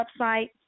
website